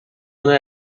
una